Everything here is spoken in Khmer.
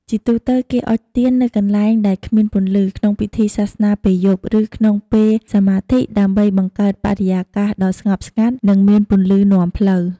ជាទូទៅគេអុជទៀននៅកន្លែងដែលគ្មានពន្លឺ ក្នុងពិធីសាសនាពេលយប់ ឬក្នុងពេលសមាធិ ដើម្បីបង្កើតបរិយាកាសដ៏ស្ងប់ស្ងាត់ និងមានពន្លឺនាំផ្លូវ។